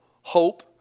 hope